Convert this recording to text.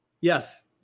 yes